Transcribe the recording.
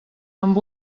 amb